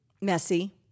messy